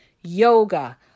yoga